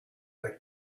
like